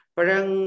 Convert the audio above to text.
Parang